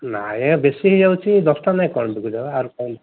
ନାଇଁ ବେଶୀ ହୋଇଯାଉଛି ଦଶଟଙ୍କା ଲେଖା କ'ଣ ବିକୁଛ ଆଉ କ'ଣ